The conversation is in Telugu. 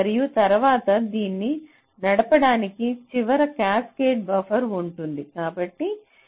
మరియు తరువాత దీన్ని నడపడానికి చివర క్యాస్కేడ్ బఫర్ ఉంటుంది